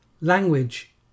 Language